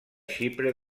xipre